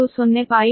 10 p